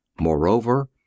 Moreover